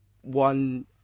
one